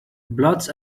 blots